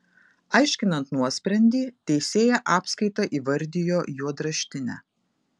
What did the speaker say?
aiškinant nuosprendį teisėja apskaitą įvardijo juodraštine